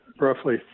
roughly